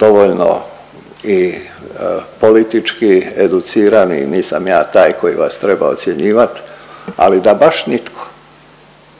dovoljno i politički educirani, nisam ja taj koji vas treba ocjenjivat, ali da baš nitko